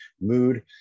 mood